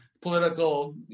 political